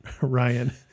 ryan